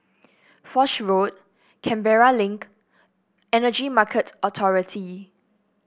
Foch Road Canberra Link Energy Market Authority